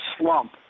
slump